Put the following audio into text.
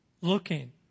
looking